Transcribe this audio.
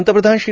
पंतप्रधान श्री